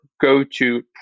go-to